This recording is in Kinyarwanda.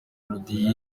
melody